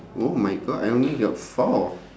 oh my god I only got four